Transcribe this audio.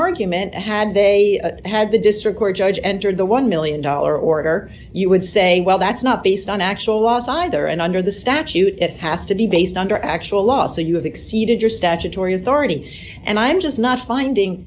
argument had they had the district court judge entered the one million dollars order you would say well that's not based on actual laws either and under the statute it has to be based under actual law so you have exceeded your statutory authority and i'm just not finding